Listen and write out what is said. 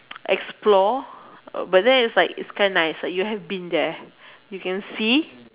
explore uh but then is like is quite nice you have been there you can see